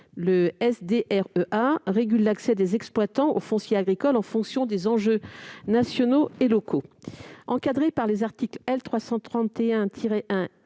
(SDREA) régule l'accès des exploitants au foncier agricole en fonction des enjeux nationaux et locaux. Ce schéma, encadré par les articles L. 331-1,